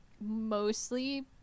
mostly